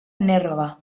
nerva